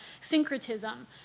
syncretism